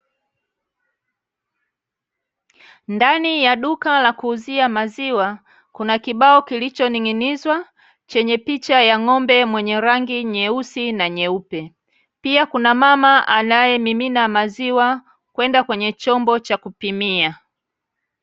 Ndani ya duka la kuuzia maziwa, kuna kibao kilichoning'inizwa chenye picha ya ng'ombe mwenye rangi nyeusi na nyeupe. Pia kuna mama anaemimina maziwa kwenda kwenye chombo cha kupimia.